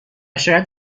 شاید